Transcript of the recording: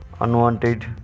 unwanted